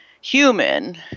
human